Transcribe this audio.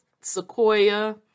sequoia